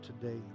today